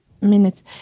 minutes